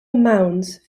mounds